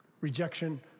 Rejection